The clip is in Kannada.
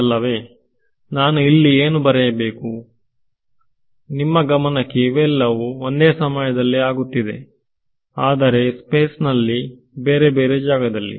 ಅಲ್ಲವೇ ನಾನು ಇಲ್ಲಿ ಏನು ಬರೆಯಬೇಕು ನಿಮ್ಮ ಗಮನಕ್ಕೆ ಇವೆಲ್ಲವೂ ಒಂದೇ ಸಮಯದಲ್ಲಿ ಆಗುತ್ತಿದೆ ಆದರೆ ಸ್ಪೇಸ್ ನ ಬೇರೆ ಜಾಗದಲ್ಲಿ